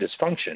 dysfunction